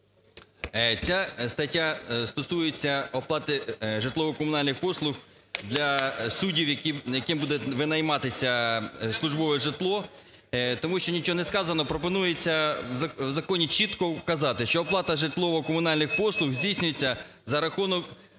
Ця стаття стосується оплати житлово-комунальних послуг для суддів, яким буде винайматися службове житло. Тому що нічого не сказано, пропонується в законі чітко вказати, що оплата житлово-комунальних послуг здійснюється за рахунок